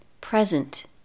Present